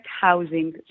housing